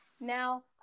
Now